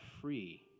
free